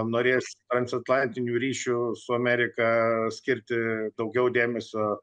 norės transatlantinių ryšių su amerika skirti daugiau dėmesio